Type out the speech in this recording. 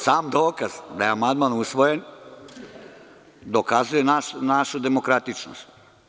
Sam dokaz da je amandman usvojen dokazuje našu demokratičnost.